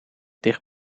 dicht